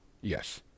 yes